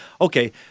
Okay